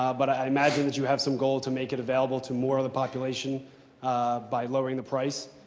um but i imagine that you have some goal to make it available to more of the population by lowering the price.